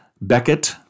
Beckett